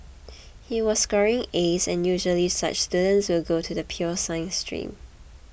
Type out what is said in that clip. he was scoring As and usually such students will go to the pure science stream